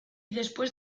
después